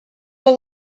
were